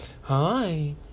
Hi